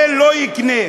זה לא יקנה,